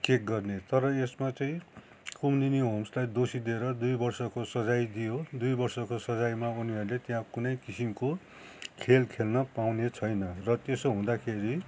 check गर्ने तर यसमा चाहिँ कुमुदिनी होम्सलाई दोषी दिएर दुई वर्षको सजाय दियो दुई वर्षको सजायमा उनीहरूले त्यहाँ कुनै किसिमको खेल खेल्न पाउने छैन र त्यसो हुदाँखेरि